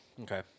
Okay